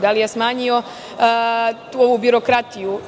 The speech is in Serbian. Da li je smanjio birokratiju?